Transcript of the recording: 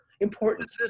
important